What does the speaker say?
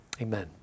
Amen